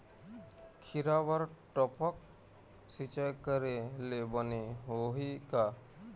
खिरा बर टपक सिचाई करे ले बने होही का?